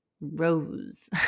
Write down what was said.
Rose